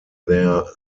their